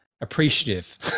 appreciative